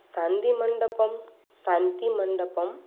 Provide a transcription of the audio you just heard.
શાંદી મંડપમ શાંતિ મંડપમ